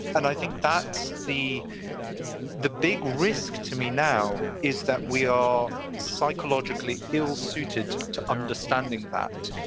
and i think that's the the big risk to me now is that we are psychologically ill suited to understanding that.